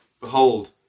Behold